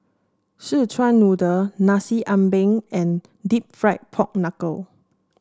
Szechuan Noodle Nasi Ambeng and deep fried Pork Knuckle